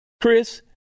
Chris